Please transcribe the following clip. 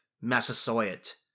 Massasoit